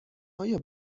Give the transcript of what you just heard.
آیا